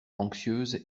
anxieuse